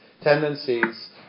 tendencies